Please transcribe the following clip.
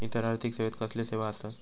इतर आर्थिक सेवेत कसले सेवा आसत?